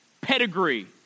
pedigree